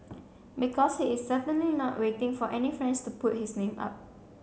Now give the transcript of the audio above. because he is certainly not waiting for any friends to put his name up